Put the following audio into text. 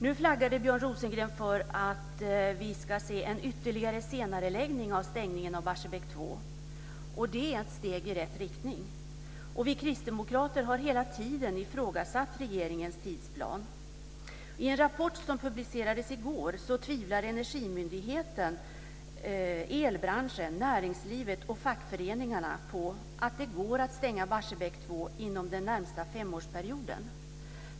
Nu flaggade Björn Rosengren för att vi ska se en ytterligare senareläggning av stängningen av Barsebäck 2. Det är ett steg i rätt riktning. Vi kristdemokrater har hela tiden ifrågasatt regeringens tidsplan. I en rapport som publicerades i går tvivlar Energimyndigheten, elbranschen, näringslivet och fackföreningarna på att det går att stänga Barsebäck 2 inom den närmaste femårsperioden.